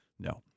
No